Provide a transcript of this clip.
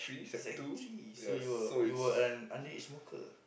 sec three so you were you were an underage smoker